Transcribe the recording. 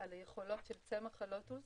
על היכולות של צמח הלוטוס